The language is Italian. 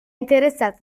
interessata